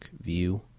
view